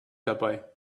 dabei